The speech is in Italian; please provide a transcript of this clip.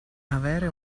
avere